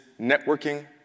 networking